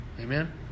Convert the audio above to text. Amen